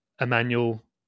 Emmanuel